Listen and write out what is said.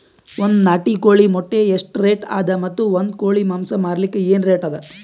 ಒಂದ್ ನಾಟಿ ಕೋಳಿ ಮೊಟ್ಟೆ ಎಷ್ಟ ರೇಟ್ ಅದ ಮತ್ತು ಒಂದ್ ಕೋಳಿ ಮಾಂಸ ಮಾರಲಿಕ ಏನ ರೇಟ್ ಅದ?